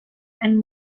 and